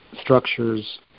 structures